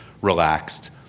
relaxed